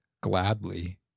gladly